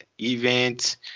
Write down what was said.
events